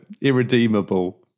irredeemable